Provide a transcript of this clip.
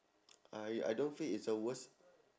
I I don't feel is a worst